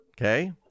okay